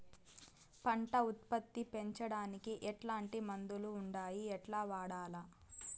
పంట ఉత్పత్తి పెంచడానికి ఎట్లాంటి మందులు ఉండాయి ఎట్లా వాడల్ల?